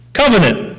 covenant